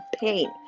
pain